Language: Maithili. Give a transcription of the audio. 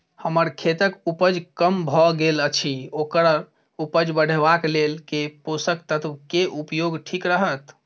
हम्मर खेतक उपज कम भऽ गेल अछि ओकर उपज बढ़ेबाक लेल केँ पोसक तत्व केँ उपयोग ठीक रहत?